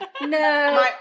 No